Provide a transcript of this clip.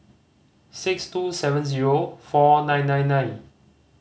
six two seven zero four nine nine nine